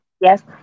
Yes